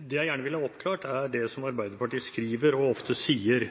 Det jeg gjerne vil ha oppklart, er det Arbeiderpartiet skriver og ofte sier,